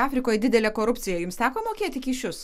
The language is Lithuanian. afrikoj didelė korupcija jums teko mokėti kyšius